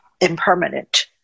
impermanent